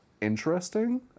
interesting